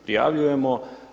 Prijavljujemo.